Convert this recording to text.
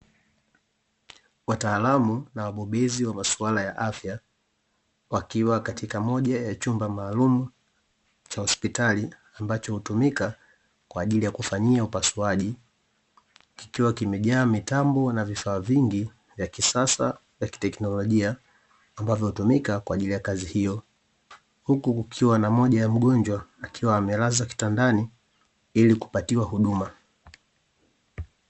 Wataalamu waobezi wa masuala ya afya wakiwa katika moja ya chumba maalum cha hospitali ambacho hutumika kwa ajili ya kufanyia upasuaji kikiwa kimejaa mitambo na vifaa vingi vya kisasa vya teknolojia ambavyo hutumika kwa ajili ya kazi hiyo, huku kukiwa na moja ya mgonjwa akiwa amelazwa kitandani ili kupatiwa huduma.